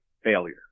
failure